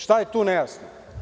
Šta je tu nejasno.